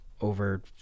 over